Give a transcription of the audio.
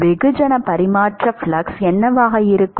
வெகுஜன பரிமாற்ற ஃப்ளக்ஸ் என்னவாக இருக்கும்